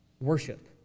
worship